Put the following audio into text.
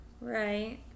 Right